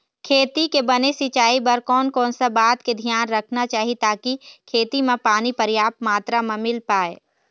खेती के बने सिचाई बर कोन कौन सा बात के धियान रखना चाही ताकि खेती मा पानी पर्याप्त मात्रा मा मिल पाए?